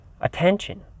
attention